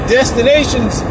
Destinations